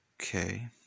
Okay